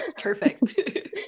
Perfect